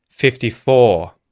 fifty-four